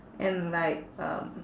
and like um